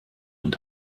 und